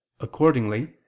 accordingly